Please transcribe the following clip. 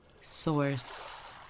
Source